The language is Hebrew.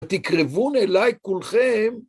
תקרבון אליי כולכם.